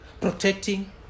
protecting